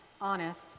honest